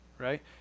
right